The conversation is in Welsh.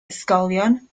ysgolion